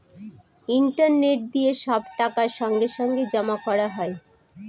internet দিয়ে সব টাকা সঙ্গে সঙ্গে জমা করা হয়